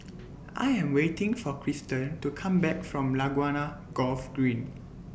I Am waiting For Kristan to Come Back from Laguna Golf Green